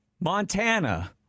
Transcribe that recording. Montana